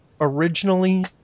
originally